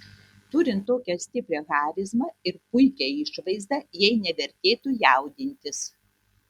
turint tokią stiprią charizmą ir puikią išvaizdą jai nevertėtų jaudintis